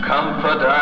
Comfort